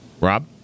Rob